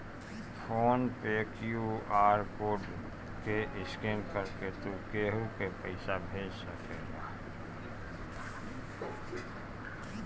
phone पे QR code के scan करके तू केहू के पईसा भेज सकेला